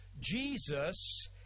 Jesus